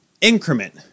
increment